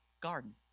garden